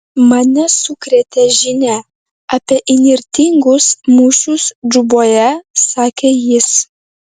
mane sukrėtė žinia apie įnirtingus mūšius džuboje sakė jis